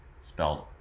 spelled